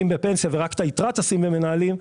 בפנסיה ורק את היתרה תשים במנהלים.